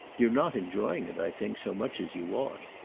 you're not enjoying it, i think, so much as you ought.